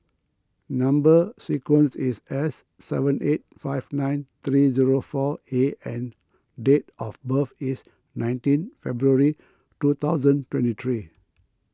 Number Sequence is S seven eight five nine three zero four A and date of birth is nineteen February two thousand twenty three